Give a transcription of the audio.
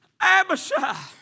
Abishai